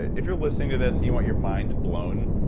if you're listening to this and you want your mind blown,